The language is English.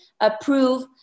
approve